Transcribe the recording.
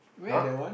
where that one